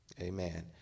amen